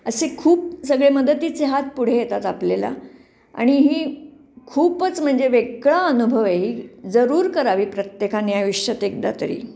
असे खूप सगळे मदतीचे हात पुढे येतात आपल्याला आणि ही खूपच म्हणजे वेगळा अनुभव आहे ही जरूर करावी प्रत्येकाने आयुष्यात एकदा तरी